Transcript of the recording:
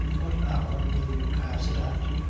what hour will you pass it at?